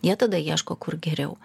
jie tada ieško kur geriau